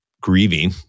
grieving